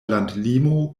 landlimo